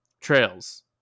Trails